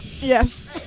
Yes